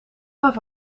gaf